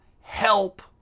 help